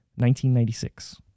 1996